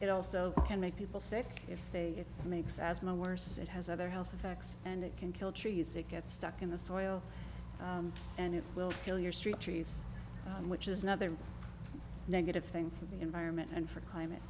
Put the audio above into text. it also can make people sick if they makes asthma worse it has other health effects and it can kill trees it gets stuck in the soil and it will kill your street trees which is another negative thing for the environment and for climate